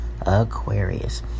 Aquarius